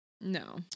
No